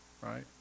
right